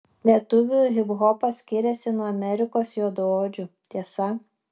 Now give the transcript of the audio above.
lietuvių hiphopas skiriasi nuo amerikos juodaodžių tiesa